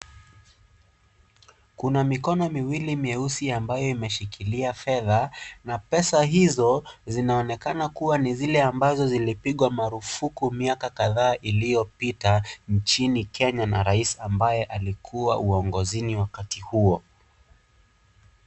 Kuna mikono miwili mieusi ambayo imeshikilia fedha na pesa hizo zinaonekana kuwa ni zile ambazo zilipigwa marufuku miaka kadhaa iliyopita nchini kenya na rais ambaye alikuwa uongozini wakati huo.